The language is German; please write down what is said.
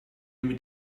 mit